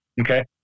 okay